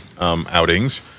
outings